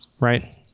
Right